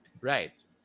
Right